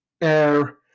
air